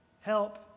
Help